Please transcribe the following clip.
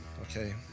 okay